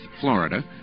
Florida